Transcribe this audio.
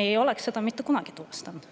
Me ei oleks seda mitte kunagi tuvastanud.